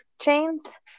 chains